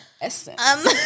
Essence